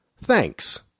Thanks